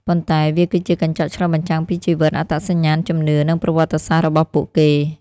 ប៉ុន្តែវាគឺជាកញ្ចក់ឆ្លុះបញ្ចាំងពីជីវិត អត្តសញ្ញាណ ជំនឿ និងប្រវត្តិសាស្ត្ររបស់ពួកគេ។